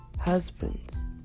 husbands